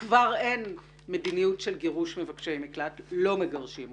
כבר אין מדיניות של גירוש מבקשי מקלט ולא מגרשים אותם.